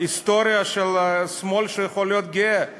בהיסטוריה של השמאל שהוא יכול להיות גאה בו,